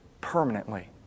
permanently